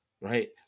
right